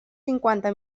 cinquanta